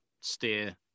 steer